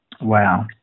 Wow